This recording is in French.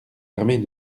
armée